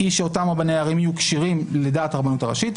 שאותם רבני הערים יהיו כשרים לדעת הרבנות הראשית,